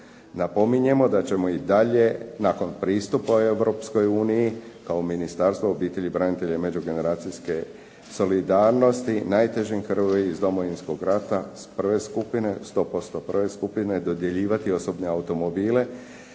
Napominjemo da ćemo i dalje nakon pristupa Europskoj uniji kao Ministarstvo obitelji, branitelja i međugeneracijske solidarnosti najtežim … /Govornik se ne razumije./… iz Domovinskog rata prve skupine, 100% prve skupine, dodjeljivati osobne automobile